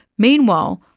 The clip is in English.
meanwhile,